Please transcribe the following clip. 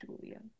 Julia